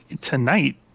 tonight